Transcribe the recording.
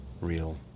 real